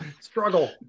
struggle